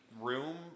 room